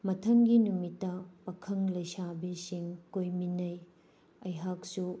ꯃꯊꯪꯒꯤ ꯅꯨꯃꯤꯠꯇ ꯄꯥꯈꯪ ꯂꯩꯁꯥꯕꯤꯁꯤꯡ ꯀꯣꯏꯃꯤꯟꯅꯩ ꯑꯩꯍꯥꯛꯁꯨ